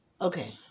Okay